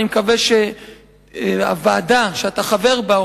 אני מקווה שהוועדה שאתה חבר בה,